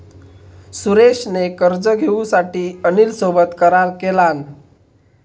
सुरेश ने कर्ज घेऊसाठी अनिल सोबत करार केलान